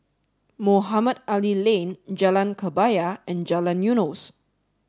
Mohamed Ali Lane Jalan Kebaya and Jalan Eunos